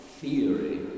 theory